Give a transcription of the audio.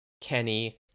Kenny